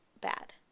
bad